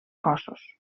cossos